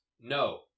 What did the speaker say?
No